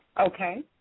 Okay